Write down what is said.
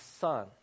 son